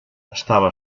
estava